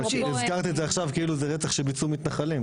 הזכרת את זה עכשיו כאילו זה רצח שביצעו מתנחלים,